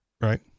Right